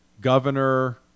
governor